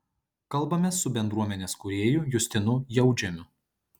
kalbamės su bendruomenės kūrėju justinu jautžemiu